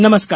नमस्कार